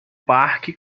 parque